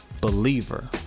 believer